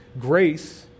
Grace